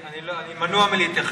אני מנוע מלהתייחס.